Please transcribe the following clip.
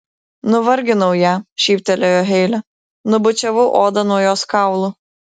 nuvarginau ją šyptelėjo heile nubučiavau odą nuo jos kaulų